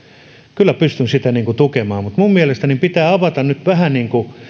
kyllä pystyn sitä tukemaan mutta minun mielestäni pitää avata nyt vähän